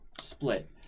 split